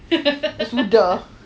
sudah